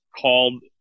called